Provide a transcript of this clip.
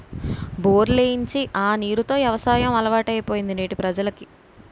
బోర్లు ఏయించి ఆ నీరు తో యవసాయం అలవాటైపోయింది నేటి ప్రజలకి